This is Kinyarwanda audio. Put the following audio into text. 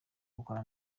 gukora